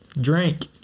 Drink